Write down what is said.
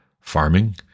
farming